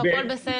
הכול בסדר.